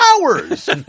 hours